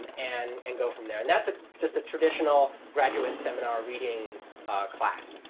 and and go from there. and that's ah just a traditional graduate seminar reading class,